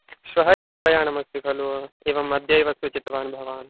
श्वः एव प्रयाणमस्ति खलु एवमद्यैव सूचितवान् भवान्